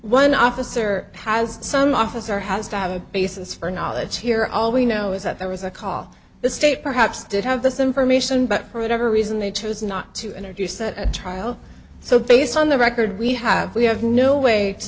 one officer has some officer has to have a basis for knowledge here all we know is that there was a call the state perhaps did have this information but for whatever reason they choose not to interview said at trial so based on the record we have we have no way to